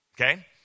Okay